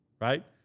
right